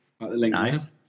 Nice